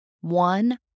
One